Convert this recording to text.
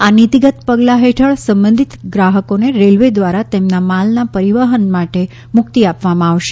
આ નીતિગત પગલાં હેઠળ સંબંધિત ગ્રાહકોને રેલવે દ્વારા તેમના માલના પરિવહન માટે મુક્તિ આપવામાં આવશે